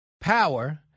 power